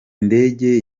ndege